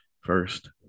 first